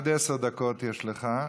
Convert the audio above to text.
בבקשה, עד עשר דקות יש לך.